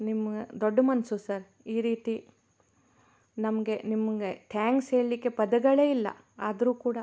ನಿಮ್ಮ ದೊಡ್ಡ ಮನಸ್ಸು ಸರ್ ಈ ರೀತಿ ನಮಗೆ ನಿಮಗೆ ಥ್ಯಾಂಕ್ಸ್ ಹೇಳ್ಲಿಕ್ಕೆ ಪದಗಳೇ ಇಲ್ಲ ಆದರೂ ಕೂಡ